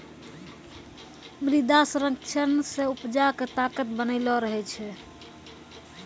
मृदा संरक्षण से उपजा के ताकत बनलो रहै छै